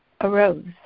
arose